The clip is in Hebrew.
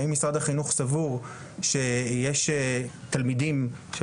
האם משרד החינוך סבור שיש תלמידים של